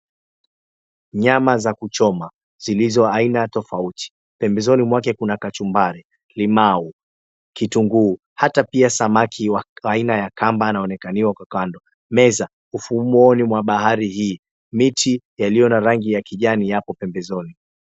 Nyama za kuchoma zilizo aina tofauti, pembezoni mwake kuna kachumbari, limau, kitunguu hata pia samaki wa aina ya kamba wanaonekaniwa kwa kando, meza ufuoni mwa bahari hii, miti yaliyo na rangi ya kijani yapo pembezoni.